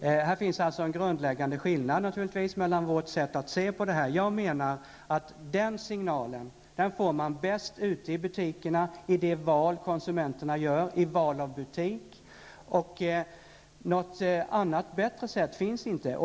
Det finns naturligtvis en grundläggande skillnad när det gäller vårt sätt att se på det här. Jag menar att man bäst får den signalen ute i butikerna i det val konsumenterna gör, i val av butik. Något bättre sätt finns inte.